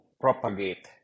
propagate